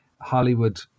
Hollywood